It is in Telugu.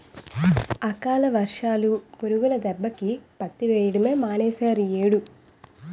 అకాల వర్షాలు, పురుగుల దెబ్బకి పత్తి వెయ్యడమే మానీసేరియ్యేడు